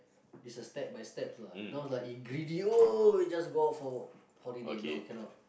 it's a step by steps lah you know like you greedy your just go out for holiday no cannot